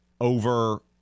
over